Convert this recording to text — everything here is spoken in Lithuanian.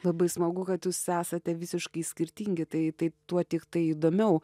labai smagu kad jūs esate visiškai skirtingi tai taip tuo tiktai įdomiau